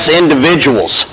individuals